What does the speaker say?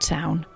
Town